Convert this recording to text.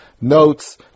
notes